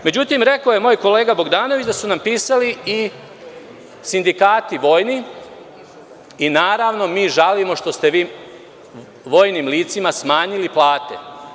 Međutim, rekao je moj kolega Bogdanović da su nam pisali i vojni sindikati i naravno, mi žalimo što ste vi vojnim licima smanjili plate.